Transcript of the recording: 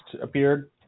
appeared